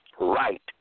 right